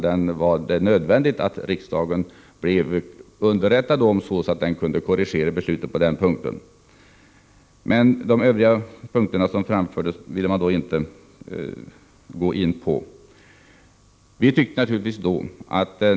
Det var därför nödvändigt att riksdagen blev underrättad så att korrigeringen kunde göras före beslutet. De övriga invändningar som framfördes ville socialdemokraterna emellertid inte gå in på.